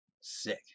Sick